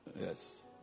Yes